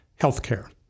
healthcare